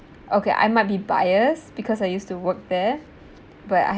okay I might be biased because I used to work there but I